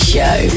Show